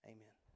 Amen